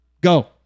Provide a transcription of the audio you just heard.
Go